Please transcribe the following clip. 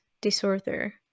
disorder